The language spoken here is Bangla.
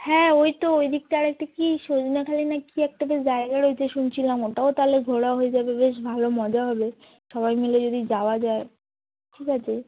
হ্যাঁ ওই তো ওই দিকটা আর একটা কী সজনাখালি না কী একটা বেশ জায়গা রয়েছে শুনছিলাম ওটাও তাহলে ঘোরা হয়ে যাবে বেশ ভালো মজা হবে সবাই মিলে যদি যাওয়া যায় ঠিক আছে